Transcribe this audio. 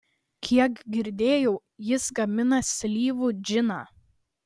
kiek girdėjau jis gamina slyvų džiną